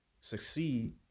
succeed